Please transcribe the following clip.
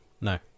No